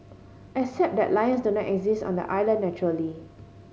except that lions do not exist on the island naturally